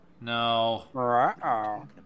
No